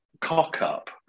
cock-up